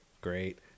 great